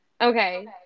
Okay